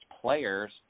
players